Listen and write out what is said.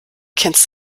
kennst